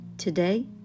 today